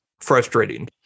frustrating